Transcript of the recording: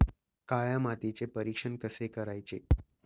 काळ्या मातीचे परीक्षण कसे करायचे?